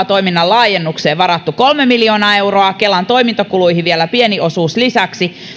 toiminnan laajennukseen on varattu valmistelurahaa kolme miljoonaa euroa kelan toimintakuluihin vielä pieni osuus lisäksi